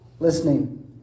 listening